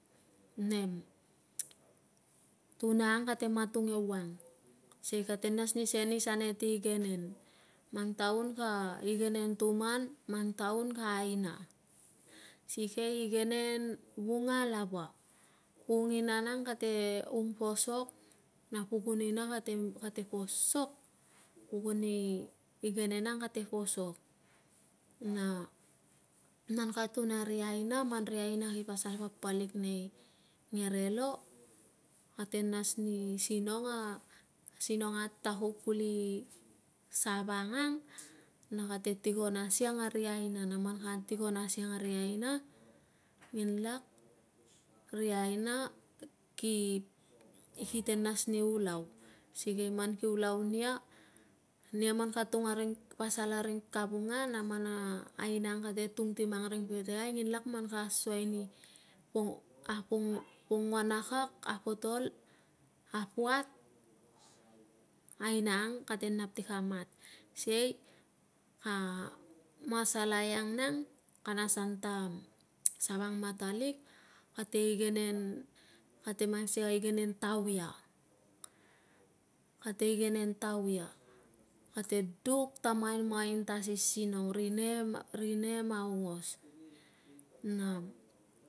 Nem, tuna ang kate matung ewang sikei kate nas ni senis ane ti igenen, mang taun ka igenen tuman, mang taun ka aina, sikei igenen vunga lava, ung ina nang kate ung posok na pukun ina kate posok, pukun i igenen ang kate posok na man ka tun a ri aina man ri aina ki pasal papalik nei ngerelo, kate nas ni sinong a, sinong atakuk kuli savang ang na kate tikon asiang a ri aina na man ka tikon asiang a ri aina nginlak ri aina ki, kite nas ni ulau, sikei man ki ulau nia, nia man ka tun a ring ka pasal aring kavunga na man a aina kate tung ti mang ring petekai, nginlak man ka asuai ni pong, a pong, pongua na kak, a potol, a puat, aina ang kate nap ti ka mat sikei, a masalai ang nang, kana asan ta savangmatalik, kate igenen, kate mang sikei a igenen tauia, kate igenen tauia. Kate duk ta mamain ta asisinong. Ri nem, ri nem aungos, na